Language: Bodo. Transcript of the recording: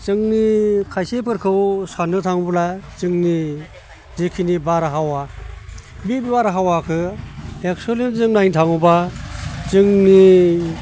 जोंनि खायसेफोरखौ साननो थाङोब्ला जोंनि जिखिनि बारहावा बे बारहावाखौ एक्सुवे'लि जों नायनो थाङोब्ला जोंनि